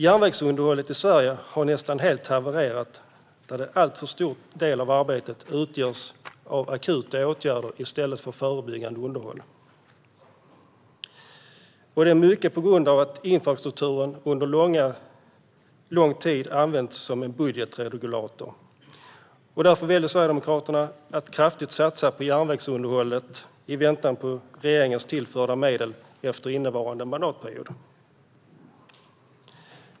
Järnvägsunderhållet i Sverige har nästan helt havererat. En alltför stor del av arbetet utgörs av akuta åtgärder i stället för förebyggande underhåll, mycket på grund av att infrastrukturen under lång tid använts som en budgetregulator. Därför väljer Sverigedemokraterna att kraftigt satsa på järnvägsunderhållet i väntan på regeringens tillförda medel efter innevarande mandatperiod.